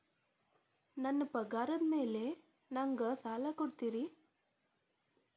ನನ್ನ ಪಗಾರದ್ ಮೇಲೆ ನಂಗ ಸಾಲ ಕೊಡ್ತೇರಿ?